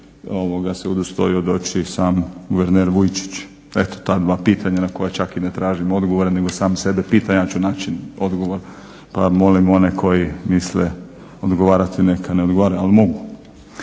nije se udostojio doći sam guverner Vujčić. Eto ta dva pitanja na koja čak i ne tražim odgovore, nego sam sebe pitam, ja ću naći odgovor. Molim one koji misle odgovarati neka ne odgovaraju, ali mogu.